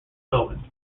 cowan